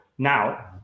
Now